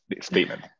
statement